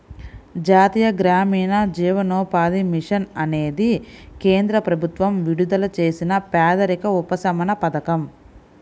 జాతీయ గ్రామీణ జీవనోపాధి మిషన్ అనేది కేంద్ర ప్రభుత్వం విడుదల చేసిన పేదరిక ఉపశమన పథకం